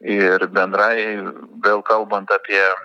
ir bendrai vėl kalbant apie